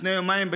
לפני יומיים,